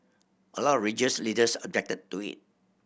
a lot of religious leaders objected to it